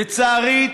לצערי,